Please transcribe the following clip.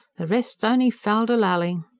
the rest's on'y fal-de-lal-ing.